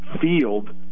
field